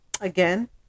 Again